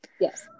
Yes